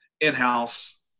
in-house